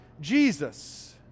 Jesus